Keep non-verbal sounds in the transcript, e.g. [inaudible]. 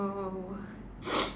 oh [noise]